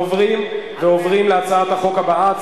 אנחנו עוברים להצעת החוק הבאה,